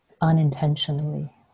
unintentionally